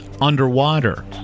underwater